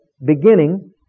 beginning